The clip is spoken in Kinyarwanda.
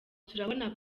turabona